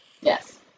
Yes